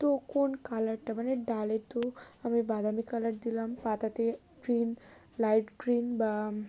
তো কোন কালারটা মানে ডালে তো আমি বাদামি কালার দিলাম পাতাতে গ্রিন লাইট গ্রিন বা